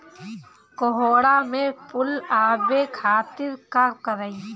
कोहड़ा में फुल आवे खातिर का करी?